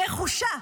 נחושה.